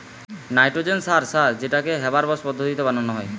nitrogen সার সার যেটাকে হেবার বস পদ্ধতিতে বানানা হয়